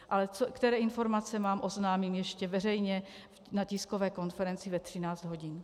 Ale které informace mám, oznámím ještě veřejně na tiskové konferenci ve 13 hodin.